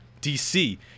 DC